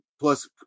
plus